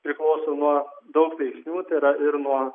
priklauso nuo daug veiksnių tai yra ir nuo